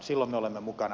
silloin me olemme mukana